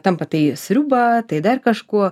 tampa tai sriuba tai dar kažkuo